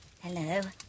Hello